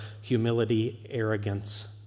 humility-arrogance